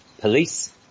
police